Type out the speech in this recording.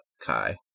Kai